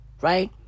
Right